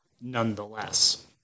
nonetheless